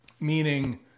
Meaning